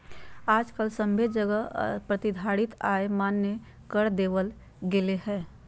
आजकल सभे जगह प्रतिधारित आय मान्य कर देवल गेलय हें